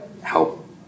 help